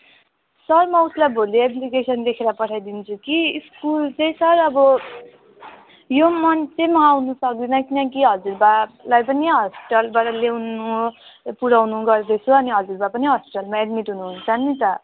sir म उस्लाई भोलि एप्लिकेसन लेखेर पठाइदिन्छु कि स्कुल चाहिँ सर अब यो मन्थ चाहिँ म आउनु सक्दिनँ किनकि हजुरबाबालाई पनि हस्पिटलबाट ल्याउनु पुऱ्याउनु गर्दैछु अनि हजुरबाबा पनि हस्पिटलमा एड्मिट हुनुन्छ नि त